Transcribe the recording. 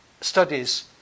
studies